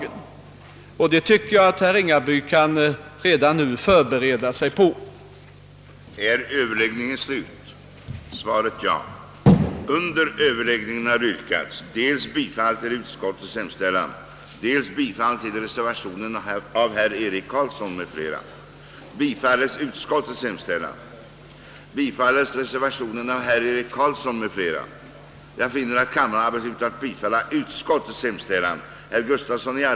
Redan nu tycker jag att herr Ringaby bör förbereda sig på detta.